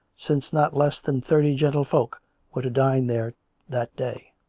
since not less than thirty gentle folk were to dine there that day.